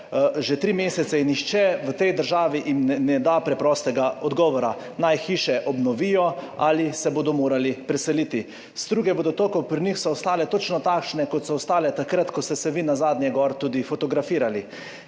že tri mesece in nihče v tej državi jim ne da preprostega odgovora. Naj hiše obnovijo ali se bodo morali preseliti? Struge vodotokov pri njih so ostale točno takšne, kot so bile takrat, ko ste se vi nazadnje tam tudi fotografirali.